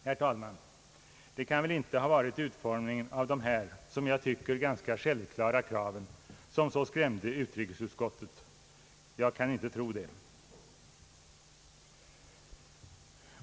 Herr talman! Det kan väl inte ha varit utformningen av dessa, som jag tycker, självklara krav som så skrämde utrikesutskottet. Jag kan inte tro det.